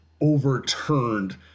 overturned